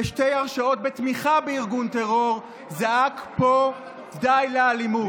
בשתי הרשעות בתמיכה בארגון טרור זעק פה: די לאלימות.